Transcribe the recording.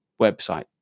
website